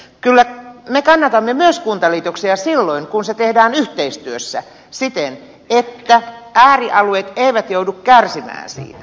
kyllä me kannatamme myös kuntaliitoksia silloin kun ne tehdään yhteistyössä siten että äärialueet eivät joudu kärsimään siitä